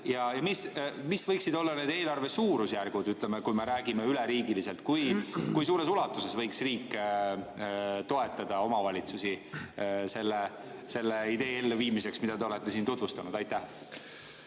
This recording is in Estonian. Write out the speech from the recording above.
ja mis võiksid olla suurusjärgud, kui me räägime üleriigiliselt? Kui suures ulatuses võiks riik toetada omavalitsusi selle idee elluviimiseks, mida te olete siin tutvustanud? Aitäh,